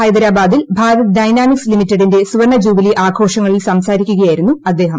ഹൈദരാബാദിൽ ഭാരത് ഡൈനാമിക്സ് ലിമിറ്റഡിന്റെ സുവർണ്ണ ജൂബിലി ആഘോഷങ്ങളിൽ സംസാരിക്കുകയായിരുന്നു അദ്ദേഹം